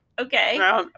Okay